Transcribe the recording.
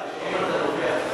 נתקבלה.